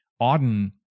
Auden